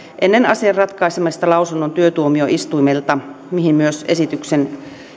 ennen asian ratkaisemista lausunnon työtuomioistuimelta mihin myös esityksen